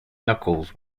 knuckles